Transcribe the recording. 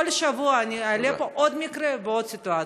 כל שבוע אעלה פה עוד מקרה ועוד סיטואציה.